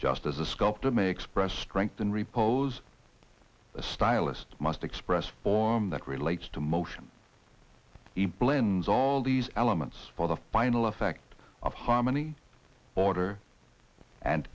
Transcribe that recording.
just as a sculptor may express strength and repose a stylist must express form that relates to motion a blends all these elements for the final effect of harmony order and